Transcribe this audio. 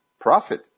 profit